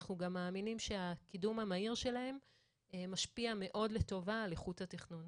אנחנו גם מאמינים שהקידום המהיר שלהם משפיע מאוד לטובה על איכות התכנון.